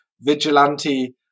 vigilante